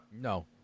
No